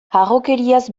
harrokeriaz